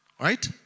Right